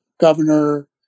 governor